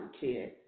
kid